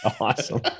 awesome